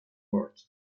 word